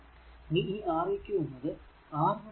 ഇനി ഈ R eq R1 R2 R1 R2